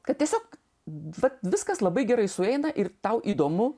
kad tiesiog bet viskas labai gerai sueina ir tau įdomu